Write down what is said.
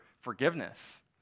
forgiveness